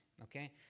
okay